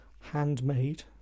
Handmade